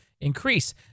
increase